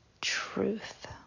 truth